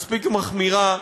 מספיק מחמירה,